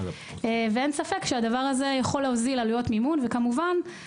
אין ספק שצעד שכזה יוזיל עלויות מימון וייתן